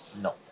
No